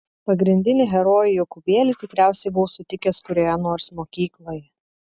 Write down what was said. pagrindinį herojų jokūbėlį tikriausiai buvau sutikęs kurioje nors mokykloje